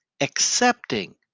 accepting